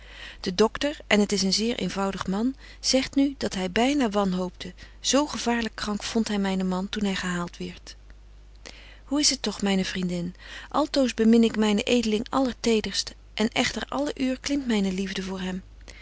de doctor en het is een zeer eenvoudig man zegt nu dat hy byna wanhoopte zo gevaarlyk krank vondt hy mynen man toen hy gehaalt wierdt hoe is het toch myne vriendin altoos bemin ik mynen edeling allertederst en echter alle uur klimt myne liefde voor hem